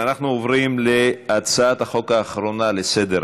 הצעת חוק הסיוע